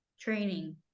training